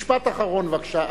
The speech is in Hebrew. משפט אחרון, בבקשה.